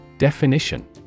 Definition